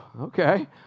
okay